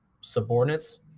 subordinates